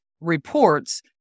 reports